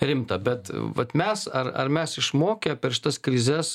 rimta bet vat mes ar ar mes išmokę per šitas krizes